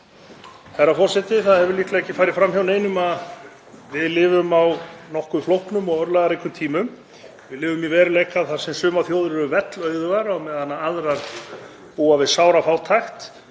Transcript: Herra forseti. Það hefur líklega ekki farið fram hjá neinum að við lifum á nokkuð flóknum og örlagaríkum tímum. Við lifum í veruleika þar sem sumar þjóðir eru vellauðugar á meðan aðrar búa við sára fátækt,